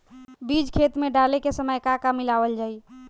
बीज खेत मे डाले के सामय का का मिलावल जाई?